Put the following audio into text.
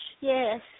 yes